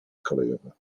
kolejowe